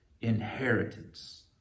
inheritance